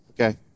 okay